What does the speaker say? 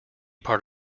part